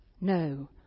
no